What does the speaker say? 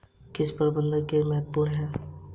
कीट प्रबंधन क्यों महत्वपूर्ण है?